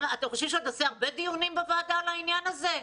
אתם חושבים שנעשה עוד הרבה דיונים בוועדה בעניין הזה?